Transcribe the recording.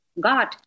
God